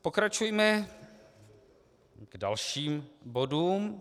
Pokračujme k dalším bodům.